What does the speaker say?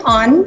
on